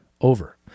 Over